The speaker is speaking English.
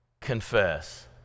confess